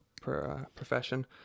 profession